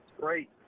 great